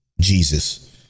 Jesus